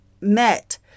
met